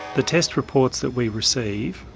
the test reports that we receive,